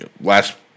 last